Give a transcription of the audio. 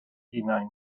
hunain